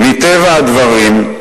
מטבע הדברים,